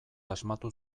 asmatu